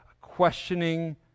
questioning